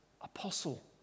Apostle